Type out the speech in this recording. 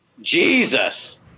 jesus